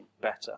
better